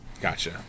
Gotcha